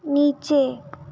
नीचे